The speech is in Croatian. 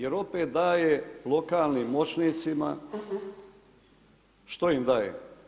Jer opet daje lokalnim moćnicima, što im daje?